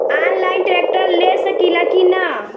Online tractor ले सकीला कि न?